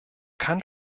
kann